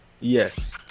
yes